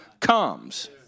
comes